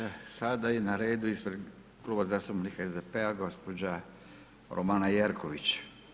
Sada je na redu ispred Kluba zastupnika SDP-a gospođa Romana Jerković.